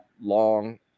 long